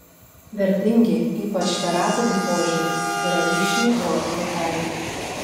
vertingi ypač terapiniu požiūriu yra vyšnių uogų koteliai